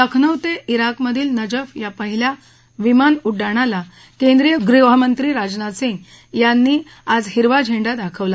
लखनौ ते जिकमधील नजफ या पहिल्या विमान उड्डाणाला केंद्रीय गृहमंत्री राजनाथ सिंग यांनी आज हिरवा झेंडा दाखवला